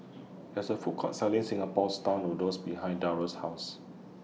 There IS A Food Court Selling Singapore Style Noodles behind Darion's House